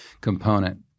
component